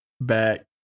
back